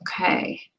okay